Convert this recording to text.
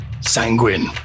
sanguine